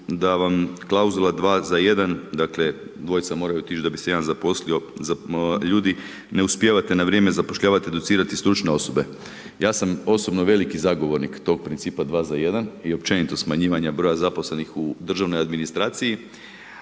da vam klauzula „dva za jedan“, dakle dvojica moraju otići da bi se jedan zaposlio ljudi, ne uspijevate na vrijeme zapošljavati, educirati stručne osobe. Ja sam osobno veliki zagovornik tog principa „dva za jedan“ i općenito broja smanjivanja broj zaposlenih u državnoj administraciji,